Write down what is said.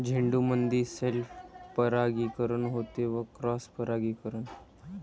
झेंडूमंदी सेल्फ परागीकरन होते का क्रॉस परागीकरन?